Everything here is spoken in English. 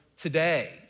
today